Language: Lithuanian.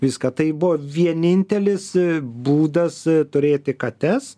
viską tai buvo vienintelis būdas turėti kates